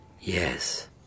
Yes